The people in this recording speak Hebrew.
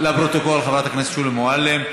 לפרוטוקול, חברת הכנסת שולי מועלם.